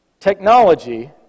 Technology